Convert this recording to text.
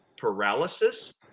paralysis